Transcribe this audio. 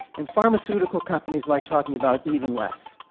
and pharmaceutical companies like talking about even less.